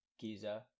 Giza